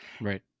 right